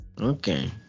Okay